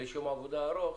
ויש יום עבודה ארוך,